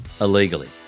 illegally